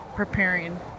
preparing